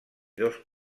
dos